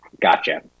Gotcha